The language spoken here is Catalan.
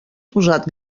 posat